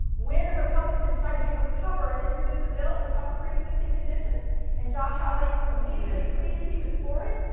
when a republican tried to give him cover and introduce a bill to cover brie existing conditions and josh hawley immediately tweeted he was for it,